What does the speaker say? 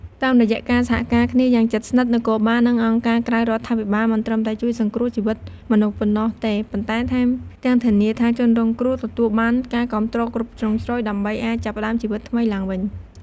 តាមរយៈការសហការគ្នាយ៉ាងជិតស្និទ្ធ នគរបាល និងអង្គការក្រៅរដ្ឋាភិបាលមិនត្រឹមតែជួយសង្គ្រោះជីវិតមនុស្សប៉ុណ្ណោះទេ ប៉ុន្តែថែមទាំងធានាថាជនរងគ្រោះទទួលបានការគាំទ្រគ្រប់ជ្រុងជ្រោយ ដើម្បីអាចចាប់ផ្ដើមជីវិតថ្មីឡើងវិញ។